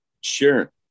Sure